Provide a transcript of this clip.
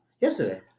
yesterday